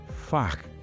Fuck